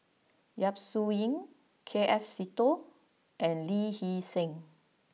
Yap Su Yin K F Seetoh and Lee Hee Seng